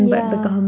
yeah